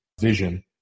vision